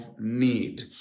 need